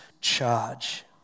charge